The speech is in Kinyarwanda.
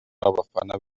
w’abafana